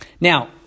Now